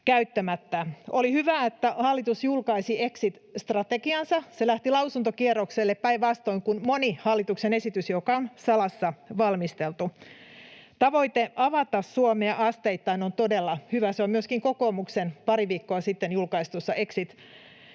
Oli hyvä, että hallitus julkaisi exit-strategiansa. Se lähti lausuntokierrokselle päinvastoin kuin moni hallituksen esitys, joka on salassa valmisteltu. Tavoite avata Suomea asteittain on todella hyvä, se on myöskin kokoomuksen pari viikkoa sitten julkaistussa exit-strategiassa,